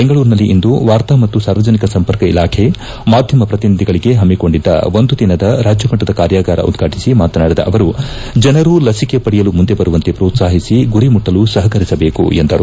ಬೆಂಗಳೂರಿನಲ್ಲಿಂದು ವಾರ್ತಾ ಮತ್ತು ಸಾರ್ವಜನಿಕ ಸಂಪರ್ಕ ಇಲಾಖೆ ಮಾಧ್ಯಮ ಪ್ರತಿನಿಧಿಗಳಿಗೆ ಪಮ್ಮಿಕೊಂಡಿದ್ದ ಒಂದು ದಿನದ ರಾಜ್ಯಮಟ್ಟದ ಕಾರ್ಯಾಗಾರ ಉದ್ಘಾಟಿಸಿ ಮಾತನಾಡಿದ ಅವರು ಜನರು ಲಸಿಕೆ ಪಡೆಯಲು ಮುಂದೆ ಬರುವಂತೆ ಪ್ರೋತ್ಸಾಹಿಸಿ ಗುರಿ ಮುಟ್ಟಲು ಸಹಕರಿಸಬೇಕೆಂದರು